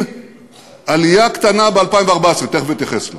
עם עלייה קטנה ב-2014, תכף אתייחס אליה.